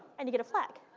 and you get a flag.